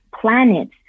planets